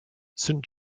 saint